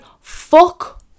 fuck